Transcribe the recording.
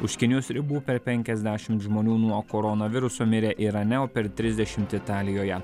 už kinijos ribų per penkiasdešim žmonių nuo koronaviruso mirė irane o per trisdešimt italijoje